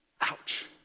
Ouch